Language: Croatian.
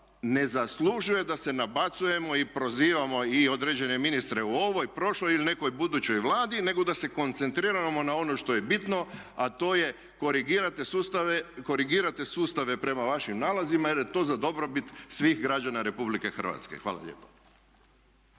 ne zaslužuje da se nabacujemo i prozivamo i određene ministre u ovoj prošloj ili nekoj budućoj vladi, nego da se koncentriramo na ono što je bitno, a to je korigirate sustave prema vašim nalazima, jer je to za dobrobit svih građana Republike Hrvatske. Hvala lijepa.